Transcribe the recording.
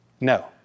No